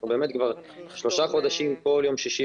אנחנו באמת כבר שלושה חודשים כל יום שישי